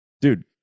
dude